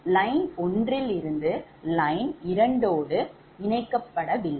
line 1 யில் இருந்து line இரண்டோடு இணைக்கப்படவில்லை